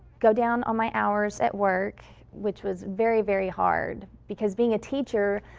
go down on my hours at work, which was very, very hard, because being a teacher.